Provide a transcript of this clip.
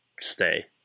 stay